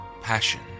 passion